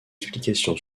explication